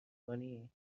کنی